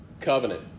covenant